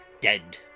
dead